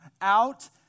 out